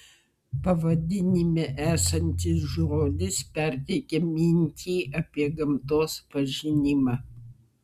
pavadinime esantis žodis perteikia mintį apie gamtos pažinimą